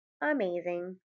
amazing